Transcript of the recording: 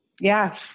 Yes